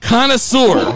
Connoisseur